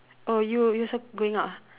oh you you also going out ah